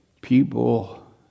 People